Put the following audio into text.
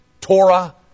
Torah